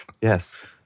Yes